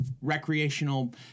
recreational